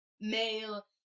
male